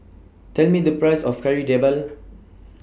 Tell Me The Price of Kari Debal